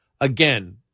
again